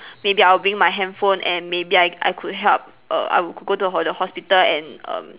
maybe I will bring my handphone and maybe I I could help err I would g~ go to the ho~ the hospital and um